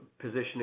positioning